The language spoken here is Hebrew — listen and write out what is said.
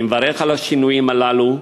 אני מברך על השינויים הללו,